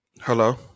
Hello